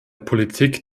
politik